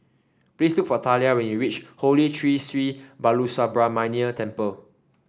please look for Talia when you reach Holy Tree Sri Balasubramaniar Temple